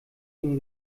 den